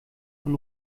von